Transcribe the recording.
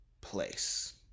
place